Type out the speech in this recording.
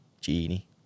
Genie